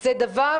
זה דבר